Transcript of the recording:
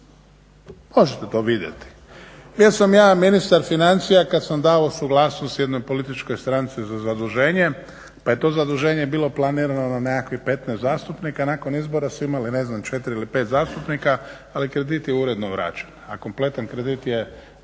Možete to vidjeti. Bio sam ja ministar financija kada sam davao suglasnost jednoj političkoj stranci za zaduženje pa je to zaduženje bilo planirano na nekakvih 15 zastupnika, a nakon izbora su imali ne znam 4 ili 5 zastupnika a kredit je uredno vraćen, a kompletan kredit je dan